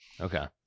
okay